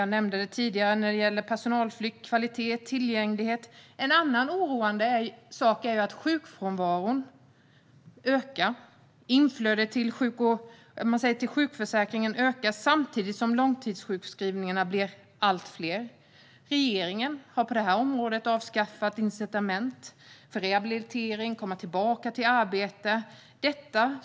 Jag nämnde tidigare personalflykt, kvalitet och tillgänglighet. En annan sak som är oroande är att sjukfrånvaron ökar. Inflödet till sjukförsäkringen ökar samtidigt som långtidssjukskrivningarna blir allt fler. Regeringen har på detta område avskaffat incitament för rehabilitering och för att komma tillbaka i arbete.